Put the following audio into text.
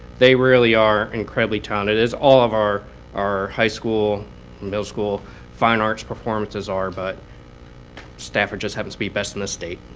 they really are incredibly talented as all of our our high school and middle school fine arts performances are. but stafford just happens to be best in the state.